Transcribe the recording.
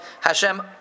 Hashem